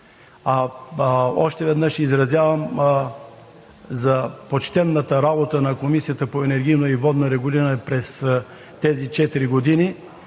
Още веднъж се изразявам за почтената работа на Комисията по енергийно и водно регулиране през тези четири